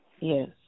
Yes